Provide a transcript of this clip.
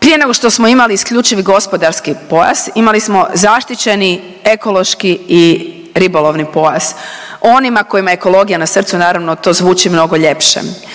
prije nego što smo imali isključivi gospodarski pojas, imali smo zaštićeni ekološki i ribolovni pojas. Onima kojima je ekologija na srcu naravno to zvuči mnogo ljepše.